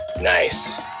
Nice